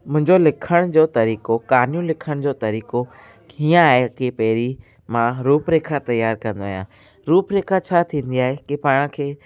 मुंहिंजो लिखण जो तरीक़ो कहाणियूं लिखण जो तरीक़ो हीअं आहे कि पहिरीं मां रुपरेखा तैयार कंदो आहियां रुपरेखा छा थींदी आहे कि पाण खे